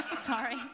sorry